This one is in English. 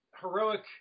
heroic